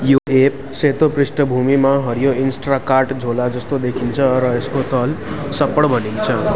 यो एप सेतो पृष्ठभूमिमा हरियो इन्स्ट्राकार्ट झोला जस्तो देखिन्छ र यसको तल सप्पड भनिन्छ